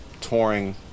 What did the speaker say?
touring